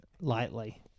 lightly